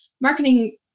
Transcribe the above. Marketing